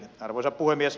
arvoisa puhemies